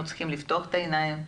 צריכים לפתוח את העיניים,